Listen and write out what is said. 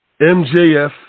MJF